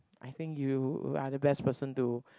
I think you are the best person to